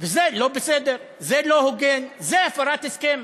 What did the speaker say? וזה לא בסדר, זה לא הוגן, זו הפרת הסכם.